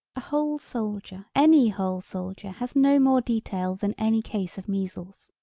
a whole soldier any whole soldier has no more detail than any case of measles.